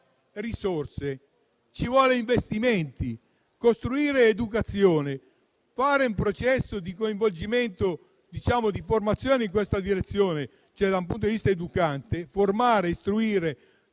risorse e investimenti. Costruire l'educazione, avviare un processo di coinvolgimento e formazione in questa direzione, ossia da un punto di vista educante, formare e istruire